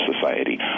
society